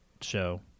show